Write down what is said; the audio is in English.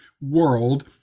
world